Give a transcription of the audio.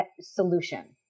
solution